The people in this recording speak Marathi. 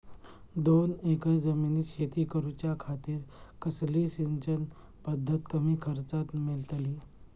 दोन एकर जमिनीत शेती करूच्या खातीर कसली सिंचन पध्दत कमी खर्चात मेलतली?